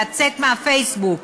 לצאת מהפייסבוק.